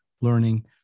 learning